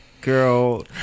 Girl